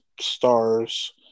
stars